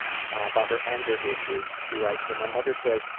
about her anger issues she writes, when my mother says,